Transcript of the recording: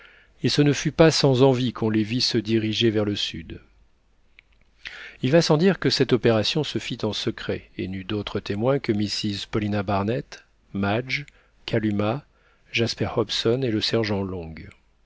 et ce ne fut pas sans envie qu'on les vit se diriger vers le sud il va sans dire que cette opération se fit en secret et n'eut d'autres témoins que mrs paulina barnett madge kalumah jasper hobson et le sergent long